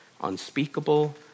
unspeakable